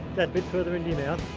and bit further in your mouth.